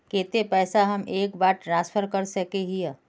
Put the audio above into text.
केते पैसा हम एक बार ट्रांसफर कर सके हीये?